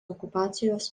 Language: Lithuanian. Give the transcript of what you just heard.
okupacijos